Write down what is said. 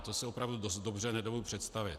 To si opravdu dost dobře nedovedu představit.